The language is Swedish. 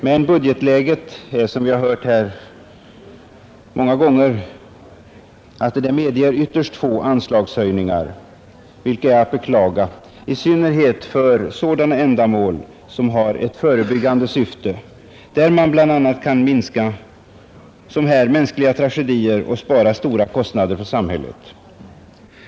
Men budgetläget är som vi hört många gånger sådant att det medger ytterst få anslagshöjningar — vilket är att beklaga — i synnerhet för sådana ändamål som har ett förebyggande syfte, varigenom man bl.a. kan som här minska mänskliga tragedier och spara in stora kostnader för samhället.